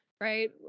right